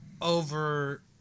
over